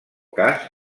cas